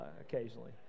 occasionally